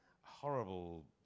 horrible